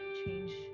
change